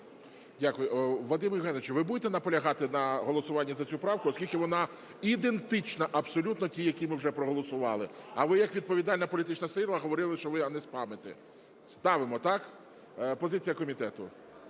Вадиме Євгеновичу, ви будете наполягати на голосуванні за цю правку, оскільки вона ідентична абсолютно тій, які ми вже проголосували, а ви як відповідальна політична сила говорили, що ви не спамите? Ставимо, так? Позиція комітету.